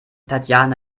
tatjana